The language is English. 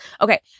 Okay